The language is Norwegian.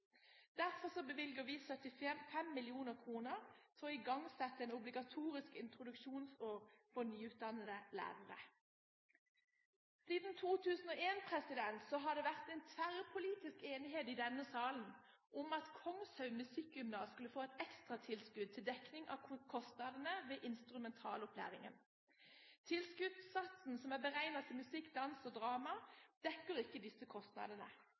Derfor bevilger vi 75 mill. kr til å igangsette et obligatorisk introduksjonsår for nyutdannede lærere. Siden 2001 har det vært tverrpolitisk enighet i denne salen om at Kongshaug Musikkgymnas skulle få et ekstra tilskudd til dekning av kostnadene ved instrumentalopplæringen. Tilskuddssatsen som er beregnet til musikk, dans og drama, dekker ikke disse kostnadene.